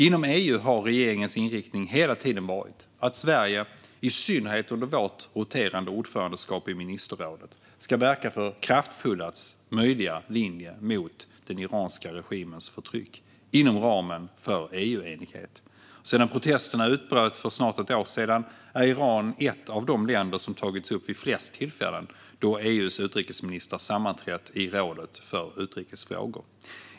Inom EU har regeringens inriktning hela tiden varit att Sverige, i synnerhet under vårt roterande ordförandeskap i ministerrådet, ska verka för kraftfullast möjliga linje mot den iranska regimens förtryck, inom ramen för EU-enighet. Sedan protesterna utbröt för snart ett år sedan är Iran ett av de länder som tagits upp vid flest tillfällen då EU:s utrikesministrar sammanträtt i rådet för utrikes frågor.